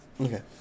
Okay